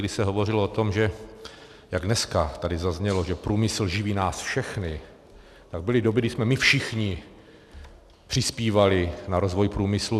Když se hovořilo o tom, že jak dneska tady zaznělo, že průmysl živí nás všechny, tak byly doby, když jsme my všichni přispívali na rozvoj průmyslu.